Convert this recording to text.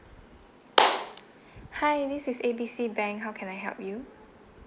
hi this is A B C bank how can I help you